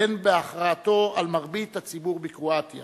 והן בהכרעת מרבית הציבור בקרואטיה